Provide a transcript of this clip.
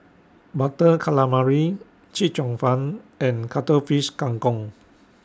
Butter Calamari Chee Cheong Fun and Cuttlefish Kang Kong